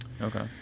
okay